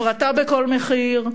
הפרטה בכל מחיר.